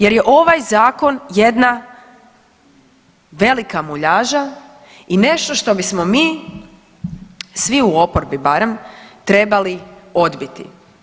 Jer je ovaj Zakon jedna velika muljaža i nešto što bismo mi svi, u oporbi barem, trebali odbiti.